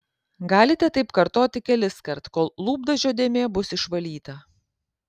galite taip kartoti keliskart kol lūpdažio dėmė bus išvalyta